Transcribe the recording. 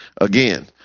again